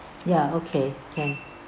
ya okay can